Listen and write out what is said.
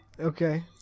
Okay